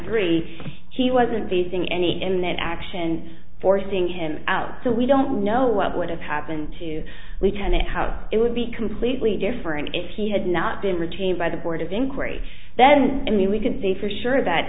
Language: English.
three he wasn't facing any in that action forcing him out so we don't know what would have happened to return it how it would be completely different if he had not been retained by the board of inquiry then and we can say for sure that